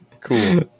Cool